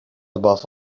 above